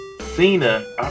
Cena